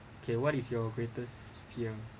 okay what is your greatest fear